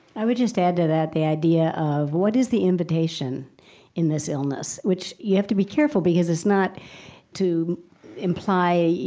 i would just add to that the idea of, what is the invitation in this illness? which you have to be careful, because it's not to imply,